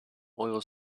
oil